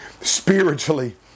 spiritually